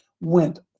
went